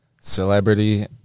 celebrity